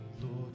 Lord